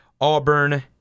Auburn